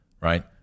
right